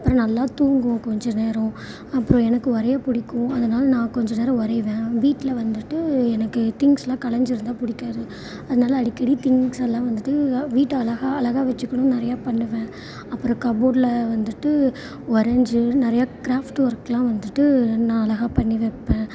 அப்புறம் நல்லா தூங்குவோம் கொஞ்ச நேரம் அப்புறம் எனக்கு வரைய பிடிக்கும் அதனால் நான் கொஞ்ச நேரம் வரைவேன் வீட்டில் வந்துட்டு எனக்கு திங்க்ஸெலாம் கலைஞ்சிருந்தா பிடிக்காது அதனால் அடிக்கடி திங்க்ஸ் எல்லாம் வந்துட்டு வீட்டை அழகாக அழகாக வச்சுக்கணுன்னு நிறையா பண்ணுவேன் அப்புறம் கபோர்ட்டில் வந்துட்டு வரைஞ்சி நிறையா க்ராஃப்ட் ஒர்க்கெலாம் வந்துட்டு நான் அழகாக பண்ணி வைப்பேன்